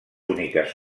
úniques